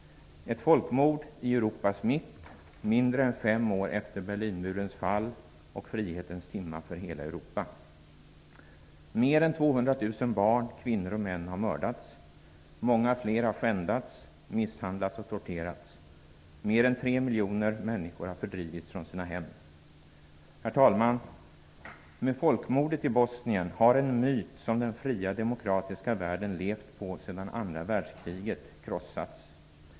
Ett folkmord sker i Europas mitt, mindre än fem år efter Berlinmurens fall och frihetens timma för hela Europa. Mer än 200 000 barn, kvinnor och män har mördats. Många fler har skändats, misshandlats och torterats. Mer än 3 miljoner människor har fördrivits från sina hem. Herr talman! Med folkmordet i Bosnien har en myt, som den fria demokratiska världen levt på sedan andra världskriget, krossats.